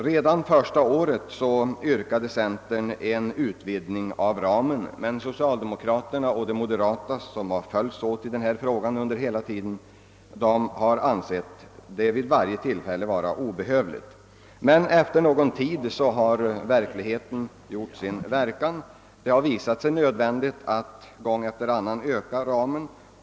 Redan första året yrkade centern på en utvidgning av ramen, men socialdemokraterna och de moderata, som under hela tiden har följts åt i denna fråga, har vid varje tillfälle ansett detta vara obehövligt. Efter någon tid har emellertid verkligheten visat att så inte var fallet, varför det visat sig nödvändigt att då och då vidga ramen.